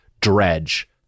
Dredge